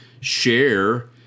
share